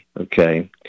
okay